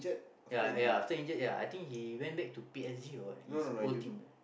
ya ya Sanchez I think he went back to P_S_G or what lah his old team ya